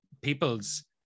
people's